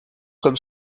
comme